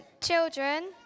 children